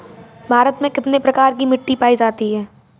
भारत में कितने प्रकार की मिट्टी पायी जाती है?